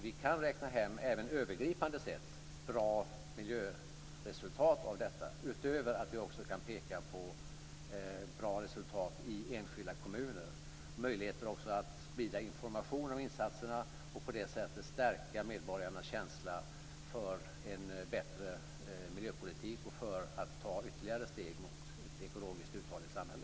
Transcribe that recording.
Vi kan även övergripande sett räkna med bra miljöresultat av detta utöver att vi också kan peka på bra resultat i enskilda kommuner. Det ger också möjligheter att sprida information om insatserna och på det sättet stärka medborgarnas känsla för en bättre miljöpolitik och för att ta ytterligare steg mot ett ekologiskt uthålligt samhälle.